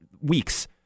weeks